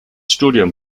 studium